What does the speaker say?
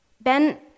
Ben